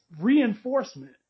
reinforcement